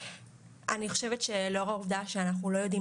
אני חושבת שלאור העובדה שאנחנו לא יודעים